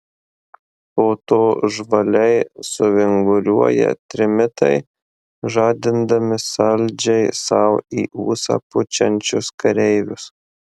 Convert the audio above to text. po to žvaliai suvinguriuoja trimitai žadindami saldžiai sau į ūsą pučiančius kareivius